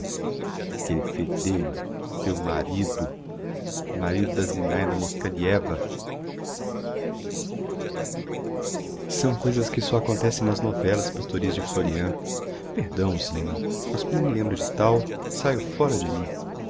aquelle fedêlho teu marido marido da zinaida moskalieva são coisas que só acontecem nas novéllas pastorís de florian perdão zina mas quando me lembro de tal saio fóra de mim